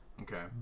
Okay